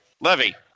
Levy